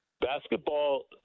Basketball